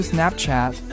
Snapchat